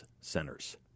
centers